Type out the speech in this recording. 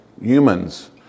humans